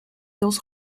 those